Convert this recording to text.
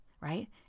right